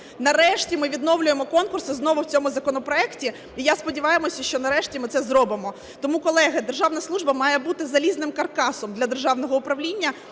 Нарешті ми відновлюємо конкурси знову в цьому законопроекті. І я сподіваюся, що нарешті ми це зробимо. Тому, колеги, державна служба має бути залізним каркасом для державного управління